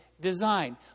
design